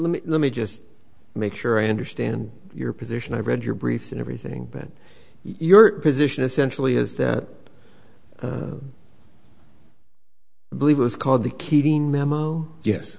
let me let me just make sure i understand your position i read your briefs and everything but your position essentially is that believe it was called the keating